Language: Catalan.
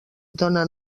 dóna